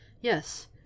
Yes